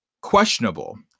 questionable